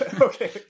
Okay